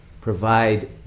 provide